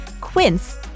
Quince